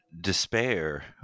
despair